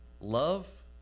love